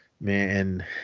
Man